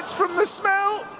from the smell.